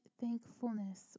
thankfulness